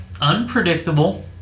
unpredictable